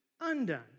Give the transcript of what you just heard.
undone